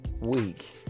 week